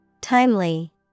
Timely